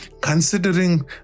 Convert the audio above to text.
considering